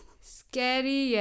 Scary